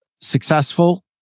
successful